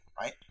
right